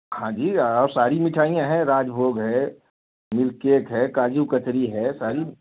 हाँ जी सारी मिठाइयाँ है राजभाेग है मिल्क केक है काजू कतली है सारी